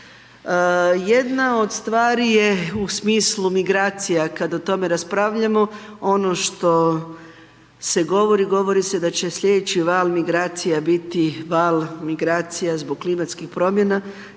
Jedna od stvari je u smislu migracija, kada o tome raspravljamo, ono što se govori, govori se da će slijedeći val migracija biti val migracija zbog klimatskih promjena